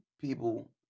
people